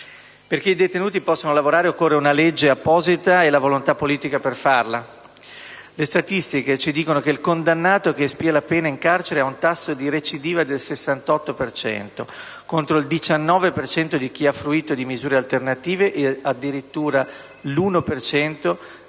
Perché i detenuti possano lavorare, occorre una legge apposita e la volontà politica per farla. Le statistiche ci dicono che il condannato che espia la pena in carcere ha un tasso di recidiva del 68,4 per cento contro il 19 per cento di chi ha fruito di misure alternative e addirittura l'1